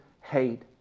hate